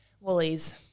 Woolies